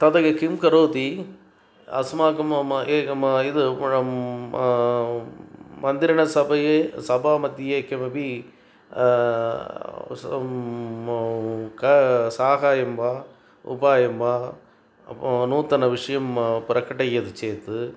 ततः किं करोति अस्माकं मम ए मम यद् मन्दिरं समये सभामध्ये किमपि म क साः एवं वा उपायं वा नूतनविषयं प्रकटयति चेत्